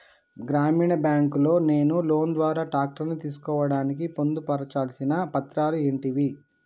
గ్రామీణ బ్యాంక్ లో నేను లోన్ ద్వారా ట్రాక్టర్ తీసుకోవడానికి పొందు పర్చాల్సిన పత్రాలు ఏంటివి?